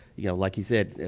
you know like you said,